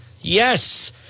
yes